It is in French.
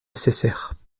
nécessaires